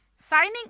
Signing